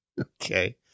Okay